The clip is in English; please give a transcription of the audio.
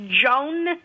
Joan